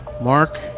Mark